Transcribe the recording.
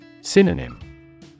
Synonym